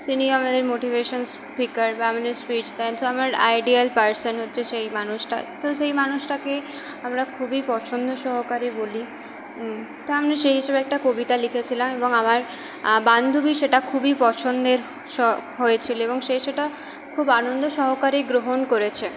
তিনি আমাদের motivation speaker বা আমাদের স্পিচ দেন তো আমার আইডিয়াল পার্সন হচ্ছে সেই মানুষটা তো সেই মানুষটাকে আমরা খুবই পছন্দ সহকারে বলি তো আমরা সেই হিসেবে একটা কবিতা লিখেছিলাম এবং আমার বান্ধবীর সেটা খুবই পছন্দের হয়েছিলো এবং সে সেটা খুব আনন্দ সহকারে গ্রহণ করেছে